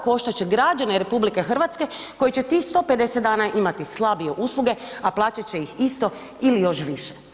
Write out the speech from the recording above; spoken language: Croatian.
Koštat će građane RH koji će tih 150 dana imati slabije usluge, a plaćat će ih isto ili još više.